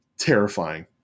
terrifying